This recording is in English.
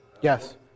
Yes